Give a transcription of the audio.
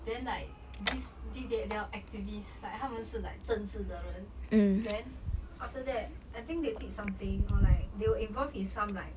then like this the the they were activists like 他们是 like 政治的人 then after that I think they did something or like they were involved in some like